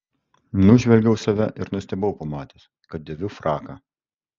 nužvelgiau save ir nustebau pamatęs kad dėviu fraką